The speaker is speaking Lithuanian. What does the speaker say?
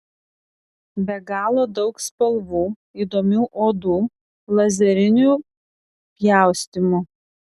be galo daug spalvų įdomių odų lazerinių pjaustymų